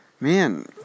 Man